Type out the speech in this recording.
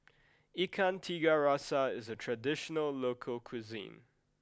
Ikan Tiga Rasa is a traditional local cuisine